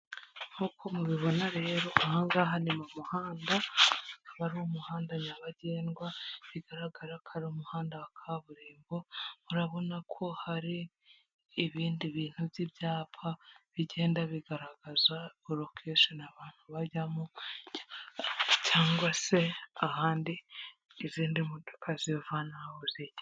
Nk'uko mubibona rero hangaha ni mu muhanda, akaba ari umuhanda nyabagendwa, bigaragara ko ari umuhanda wa kaburimbo, urabona ko hari ibindi bintu by'ibyapa, bigenda bigaragaza rokasheni abantu bajyamo cyangwa se ahandi izindi modoka ziva n'aho zijya.